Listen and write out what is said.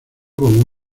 como